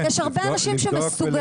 יש הרבה אנשים שמסוגלים